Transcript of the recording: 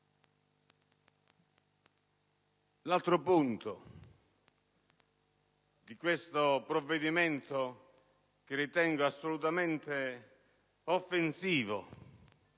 altro punto di questo provvedimento, che io ritengo assolutamente offensivo